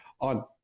on